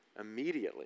immediately